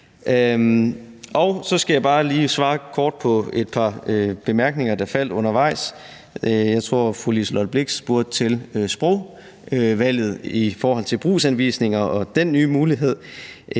lige kort svare på et par bemærkninger, der faldt undervejs. Jeg tror, fru Liselott Blixt spurgte til sprogvalget i forhold til brugsanvisninger og den nye mulighed.